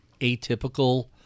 atypical